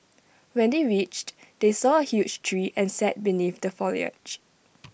when they reached they saw A huge tree and sat beneath the foliage